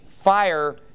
fire